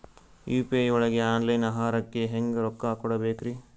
UPI ಒಳಗ online ಆಹಾರಕ್ಕೆ ಹೆಂಗ್ ರೊಕ್ಕ ಕೊಡಬೇಕ್ರಿ?